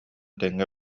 тэҥҥэ